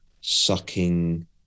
sucking